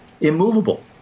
immovable